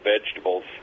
vegetables